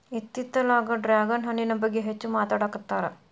ಇತ್ತಿತ್ತಲಾಗ ಡ್ರ್ಯಾಗನ್ ಹಣ್ಣಿನ ಬಗ್ಗೆ ಹೆಚ್ಚು ಮಾತಾಡಾಕತ್ತಾರ